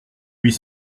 huit